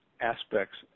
aspects